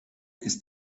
ist